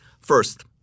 First